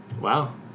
Wow